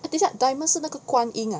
eh 等一下 Diamond 是那个观音 ah